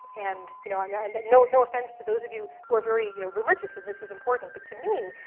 and you know i mean and no no offense to those of you who are very you know religious, and this is important, but to me,